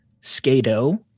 skado